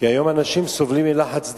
כי היום אנשים סובלים מלחץ דם,